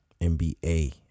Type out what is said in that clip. NBA